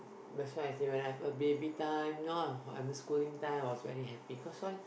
that's why I say when I have a baby time now I'm a schooling time I was very happy cause why